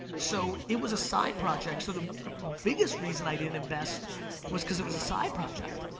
so it was a side project, so the biggest reason i didn't invest was cause it was a side project.